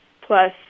plus